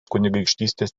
kunigaikštystės